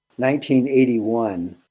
1981